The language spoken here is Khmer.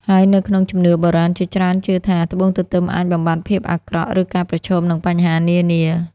ហើយនៅក្នុងជំនឿបុរាណជាច្រើនជឿថា ត្បូងទទឹមអាចបំបាត់ភាពអាក្រក់ ឬការប្រឈមនឹងបញ្ហានានា។